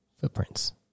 Footprints